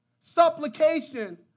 supplication